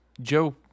Joe